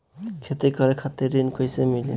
खेती करे खातिर ऋण कइसे मिली?